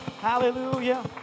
Hallelujah